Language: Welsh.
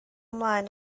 ymlaen